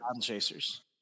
Chasers